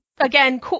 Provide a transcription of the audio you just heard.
Again